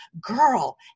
girl